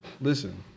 Listen